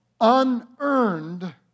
unearned